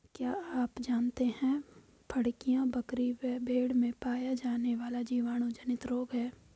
क्या आप जानते है फड़कियां, बकरी व भेड़ में पाया जाने वाला जीवाणु जनित रोग है?